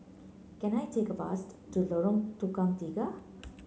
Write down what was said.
can I take a bus to Lorong Tukang Tiga